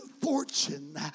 fortune